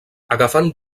agafant